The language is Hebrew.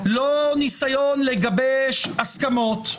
לא ניסיון לגבש הסכמות,